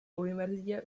univerzitě